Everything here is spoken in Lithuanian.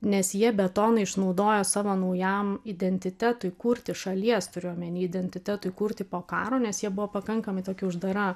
nes jie betoną išnaudoja savo naujam identitetui kurti šalies turiu omeny identitetui kurti po karo nes jie buvo pakankamai tokia uždara